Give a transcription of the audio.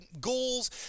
goals